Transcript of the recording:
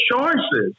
choices